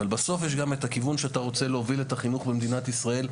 אבל בסוף יש גם את הכיוון שאתה רוצה להוביל את החינוך במדינת ישראל,